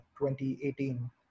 2018